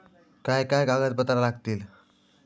काय काय कागदपत्रा लागतील?